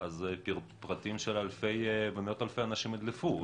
אז פרטים של מאות אלפי אנשים ידלפו.